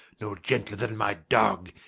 no gentler then my dogge,